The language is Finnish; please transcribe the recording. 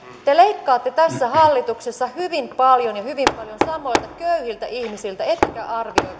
te leikkaatte tässä hallituksessa hyvin paljon ja hyvin paljon samoilta köyhiltä ihmisiltä ettekä arvioi